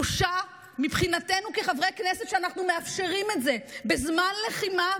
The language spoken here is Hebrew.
בושה מבחינתנו כחברי כנסת שאנחנו מאפשרים את זה בזמן לחימה.